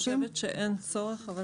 אני חושבת שאין צורך.